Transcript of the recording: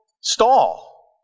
stall